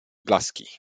blaski